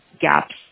gaps